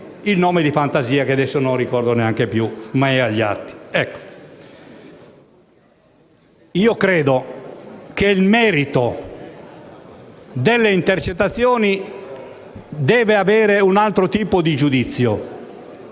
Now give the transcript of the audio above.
il nome di fantasia (che adesso non ricordo neanche, ma che è agli atti). Credo che il merito delle intercettazioni debba avere altro tipo di giudizio,